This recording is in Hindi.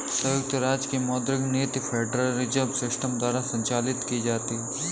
संयुक्त राज्य की मौद्रिक नीति फेडरल रिजर्व सिस्टम द्वारा संचालित की जाती है